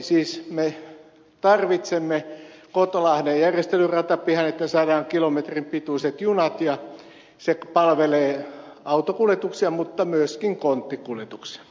siis me tarvitsemme kotolahden järjestelyratapihan jotta me saamme hoidetuiksi kilometrien pituiset junat ja se palvelee autokuljetuksia mutta myöskin konttikuljetuksia